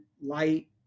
light